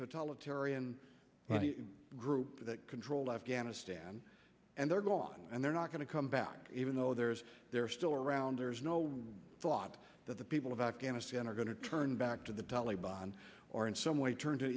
totalitarian group that controlled afghanistan and they're gone and they're not going to come back even though there's they're still around there's no one thought that the people of afghanistan are going to turn back to the taleban or in some way turn to